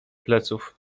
pleców